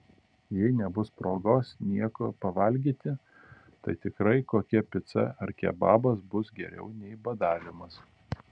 jei nebus progos nieko pavalgyti tai tikrai kokia pica ar kebabas bus geriau nei badavimas